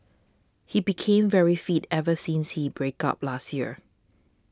he became very fit ever since he break up last year